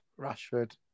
Rashford